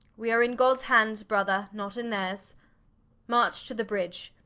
we are in gods hand, brother, not in theirs march to the bridge,